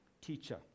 teacher